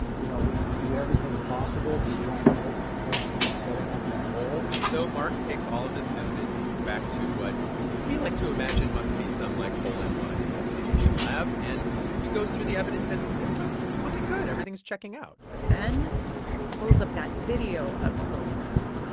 you know, we we do everything possible to try and alert the person that's setting up that hole so mark takes all of this evidence back to what we like to imagine must be some, like, hole in one investigation lab. and he goes through the evidence, and it's it's like it's looking good. everything is checking out but then he pulls up that video of the hole in one.